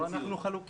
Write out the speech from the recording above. פה אנחנו חלוקים.